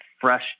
fresh